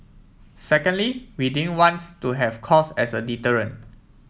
secondly we didn't wants to have cost as a deterrent